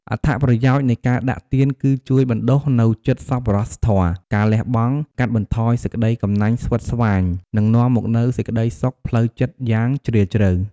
អត្ថប្រយោជន៍ នៃការដាក់ទានគឺជួយបណ្ដុះនូវចិត្តសប្បុរសធម៌ ការលះបង់ កាត់បន្ថយសេចក្ដីកំណាញ់ស្វិតស្វាញ និងនាំមកនូវសេចក្ដីសុខផ្លូវចិត្តយ៉ាងជ្រាលជ្រៅ។